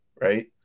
right